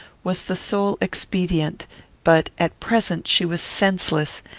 was the sole expedient but, at present, she was senseless,